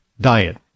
diet